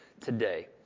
today